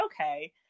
okay